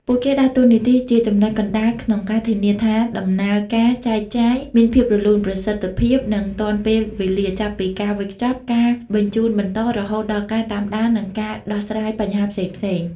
ពួកគេដើរតួនាទីជាចំណុចកណ្តាលក្នុងការធានាថាដំណើរការចែកចាយមានភាពរលូន ប្រសិទ្ធភាព និងទាន់ពេលវេលា ចាប់ពីការវេចខ្ចប់ ការបញ្ជូនបន្ត រហូតដល់ការតាមដាន និងការដោះស្រាយបញ្ហាផ្សេងៗ។